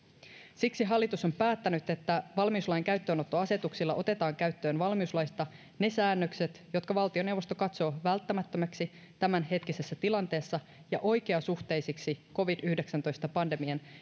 siksi hallitus on päättänyt että valmiuslain käyttöönottoasetuksella otetaan käyttöön valmiuslaista ne säännökset jotka valtioneuvosto katsoo välttämättömiksi tämänhetkisessä tilanteessa ja oikeasuhteisiksi covid yhdeksäntoista pandemian